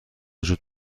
وجود